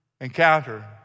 encounter